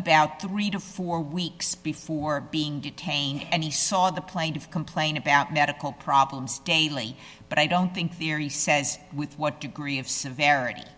about three to four weeks before being detained and he saw the plaintiff complain about medical problems daily but i don't think there he says with what degree of severity